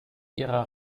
ihrer